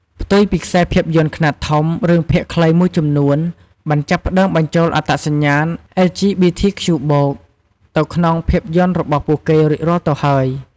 ផ្ទុយពីខ្សែភាពយន្តខ្នាតធំ រឿងភាគខ្លីមួយចំនួនបានចាប់ផ្តើមបញ្ចូលអត្តសញ្ញាណ អិល ជី ប៊ី ធី ខ្ជូ បូក (LGBTQ+) ទៅក្នុងភាពយន្ដរបស់គេរួចរាល់ទៅហើយ។